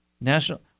National –